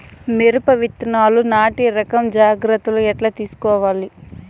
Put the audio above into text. మిరప విత్తనాలు నాటి రకం జాగ్రత్తలు ఎట్లా తీసుకోవాలి?